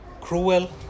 cruel